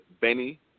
Benny